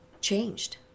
changed